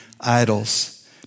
idols